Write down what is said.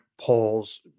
polls